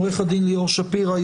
עו"ד ליאור שפירא,